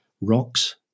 rocks